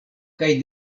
kaj